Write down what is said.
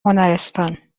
هنرستان